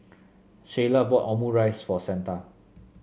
Sheyla bought Omurice for Santa